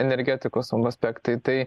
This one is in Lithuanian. energetikos aspektai tai